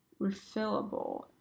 refillable